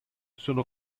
sono